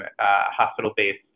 hospital-based